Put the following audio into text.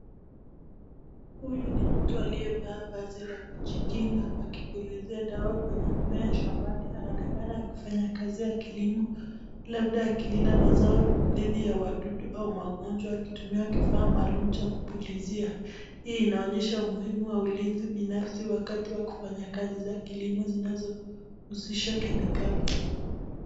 Huyu ni mtu ambaye amevaa viazi la kujikinga akipulizia dawa kwenye shambani akionekana alifanya kazi ya kilimo labda akilinda mazao dhidi ya wadudu akitumia kifaa ambacho binafsi wakati wa kufanya kazi za kilimo zinazohusisha kemikali.